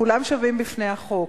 כולם שווים בפני החוק.